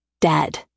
dead